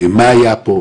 מה היה פה?